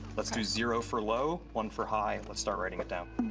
let's do zero for low, one for high, and let's start writing it down.